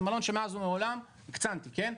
זה מלון שמאז ומעולם והקצנתי, כן?